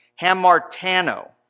Hamartano